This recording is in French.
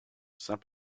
saint